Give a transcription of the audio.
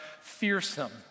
fearsome